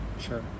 Sure